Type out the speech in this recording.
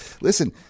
Listen